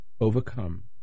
overcome